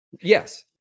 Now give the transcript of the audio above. Yes